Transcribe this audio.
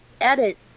edit